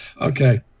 Okay